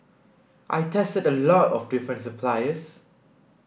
I tested a lot of different suppliers